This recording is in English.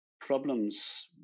problems